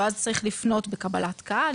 ואז צריך לפנות בקבלת קהל,